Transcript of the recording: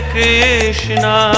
Krishna